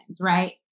right